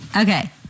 okay